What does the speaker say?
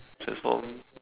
transform